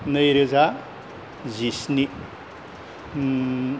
नैरोजा जिस्नि